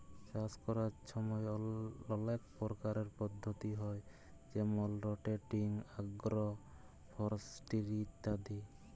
চাষ ক্যরার ছময় অলেক পরকারের পদ্ধতি হ্যয় যেমল রটেটিং, আগ্রো ফরেস্টিরি ইত্যাদি